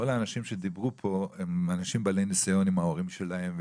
כל האנשים שדיברו פה הם אנשים בעלי ניסיון עם ההורים שלהם.